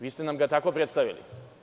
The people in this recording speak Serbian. Vi ste nam ga tako predstavili.